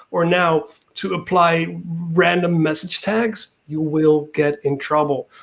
or now to apply random message tags, you will get in trouble.